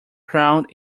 crowd